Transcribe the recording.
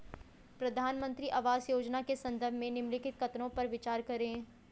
प्रधानमंत्री आवास योजना के संदर्भ में निम्नलिखित कथनों पर विचार करें?